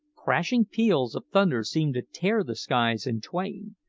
crashing peals of thunder seemed to tear the skies in twain,